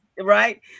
right